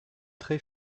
très